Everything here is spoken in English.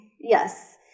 Yes